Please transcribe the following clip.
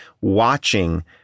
watching